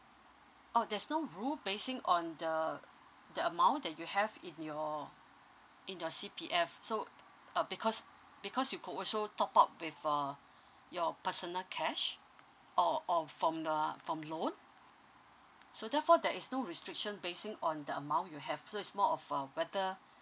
oh there's no rule basing on the the amount that you have in your in your C_P_F so uh because because you could also top up with err your personal cash or or from uh from loan so therefore there is no restriction basing on the amount you have so it's more of a whether